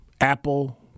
Apple